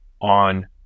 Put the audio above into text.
on